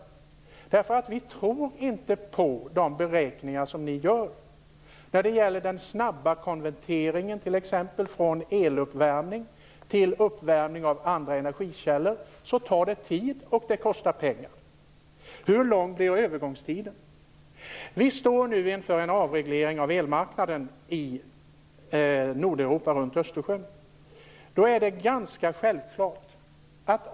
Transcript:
Vi tror nämligen inte på de beräkningar ni gör, t.ex. för den snabba konverteringen från eluppvärmning till uppvärmning med andra energikällor. Det tar tid, och det kostar pengar. Hur lång blir då övergångstiden? Vi står nu inför en avreglering av elmarknaden i Nordeuropa, länderna runt Östersjön.